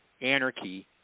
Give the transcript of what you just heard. Anarchy